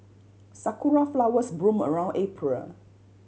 Sakura flowers bloom around April